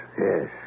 Yes